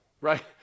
right